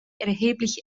erheblich